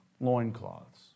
loincloths